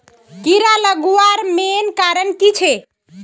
कीड़ा लगवार मेन कारण की छे?